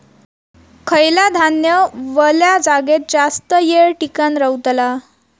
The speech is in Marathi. खयला धान्य वल्या जागेत जास्त येळ टिकान रवतला?